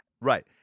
Right